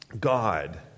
God